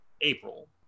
April